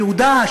ביהודה,